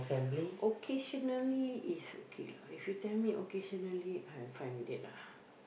occasionally is okay lah if you tell me occasionally I am fine with it lah